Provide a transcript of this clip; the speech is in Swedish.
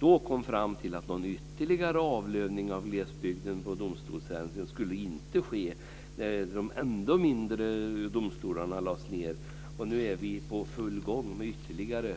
Då kom vi fram till att någon ytterligare avlövning av glesbygden i domstolshänseende, där de ännu mindre domstolarna lades ned, inte skulle ske. Och nu är vi i full gång med ytterligare